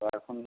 তা এখন